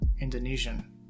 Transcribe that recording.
Indonesian